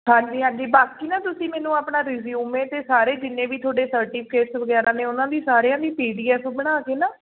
ਹਾਂਜੀ ਹਾਂਜੀ ਬਾਕੀ ਨਾ ਤੁਸੀਂ ਮੈਨੂੰ ਆਪਣਾ ਰਿਸਿਉਮੇ ਅਤੇ ਸਾਰੇ ਜਿੰਨੇ ਵੀ ਤੁਹਾਡੇ ਸਰਟੀਫਿਕੇਟਸ ਵਗੈਰਾ ਨੇ ਉਹਨਾਂ ਦੀ ਸਾਰਿਆਂ ਦੀ ਪੀ ਡੀ ਐਫ ਬਣਾ ਕੇ ਨਾ